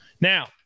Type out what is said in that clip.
Now